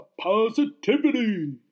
positivity